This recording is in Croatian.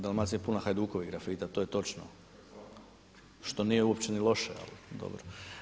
Dalmacija je puna Hajdukovih grafita, to je točno što nije uopće ni loše, ali dobro.